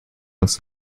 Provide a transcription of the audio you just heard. uns